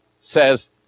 says